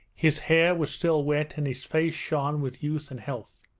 his hair was still wet, and his face shone with youth and health.